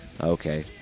Okay